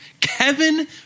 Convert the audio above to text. kevin